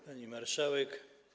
Pani Marszałek!